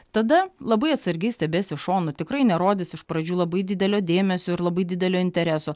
tada labai atsargiai stebės iš šono tikrai nerodys iš pradžių labai didelio dėmesio ir labai didelio intereso